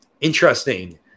Interesting